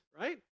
right